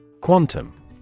Quantum